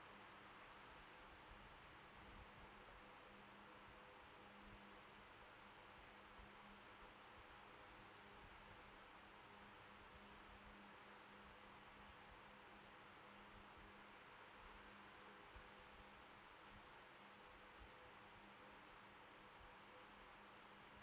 too mm